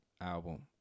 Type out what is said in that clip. album